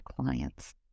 clients